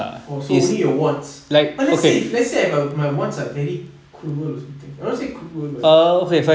oh so only your wants but let's say let's say if my wants are very cruel or something err not say cruel but